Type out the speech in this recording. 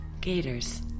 gators